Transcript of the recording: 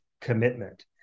commitment